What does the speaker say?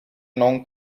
non